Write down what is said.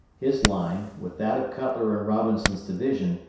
his line, with that of cutler and robinson's division,